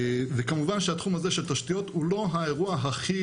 וכמובן שהתחום הזה של תשתיות הוא לא האירוע הכי